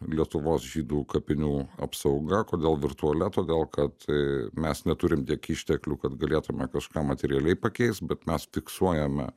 lietuvos žydų kapinių apsauga kodėl virtualia todėl kad tai mes neturim tiek išteklių kad galėtume kažką materialiai pakeist bet mes fiksuojame